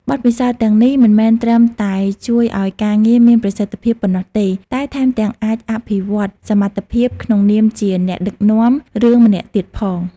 បទពិសោធន៍ទាំងនេះមិនមែនត្រឹមតែជួយឲ្យការងារមានប្រសិទ្ធភាពប៉ុណ្ណោះទេ តែថែមទាំងអាចអភិវឌ្ឍសមត្ថភាពក្នុងនាមជាអ្នកដឹកនាំរឿងម្នាក់ទៀតផង។